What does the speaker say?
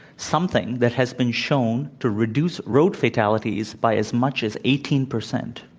something that has been shown to reduce road fatalities by as much as eighteen percent.